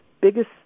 biggest